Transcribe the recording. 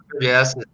Yes